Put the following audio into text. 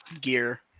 gear